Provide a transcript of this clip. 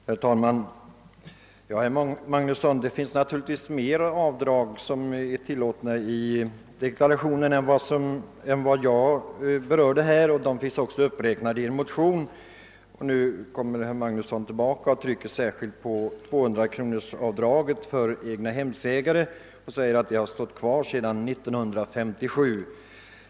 Herr talman! Ja, herr Magnusson i Borås, det finns naturligtvis fler tilllåtna avdragsmöjligheter i samband med deklarationen än de jag berörde och de räknas också upp i motionen. Nu trycker herr Magnusson särskilt på det förhållandet att 200-kronorsavdraget kvarstått oförändrat sedan 1957.